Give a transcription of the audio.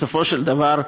בסופו של דבר,